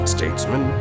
Statesman